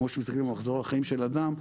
כמו שמסתכלים במחזור החיים של אדם,